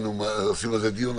אנחנו היינו עושים על זה דיון.